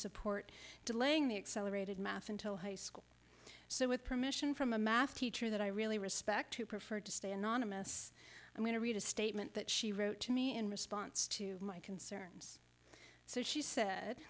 support delaying the accelerated math until high school so with permission from a math teacher that i really respect who preferred to stay anonymous i'm going to read a statement that she wrote to me in response to my concerns so she said